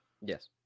Yes